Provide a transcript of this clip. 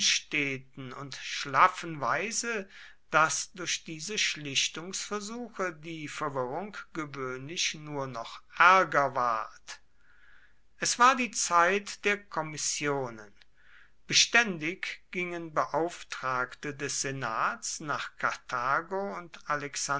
unsteten und schlaffen weise daß durch diese schlichtungsversuche die verwirrung gewöhnlich nur noch ärger ward es war die zeit der kommissionen beständig gingen beauftragte des senats nach karthago und